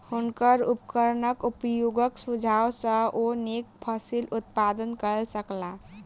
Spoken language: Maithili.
हुनकर उपकरण उपयोगक सुझाव सॅ ओ नीक फसिल उत्पादन कय सकला